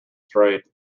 straight